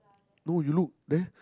no you look there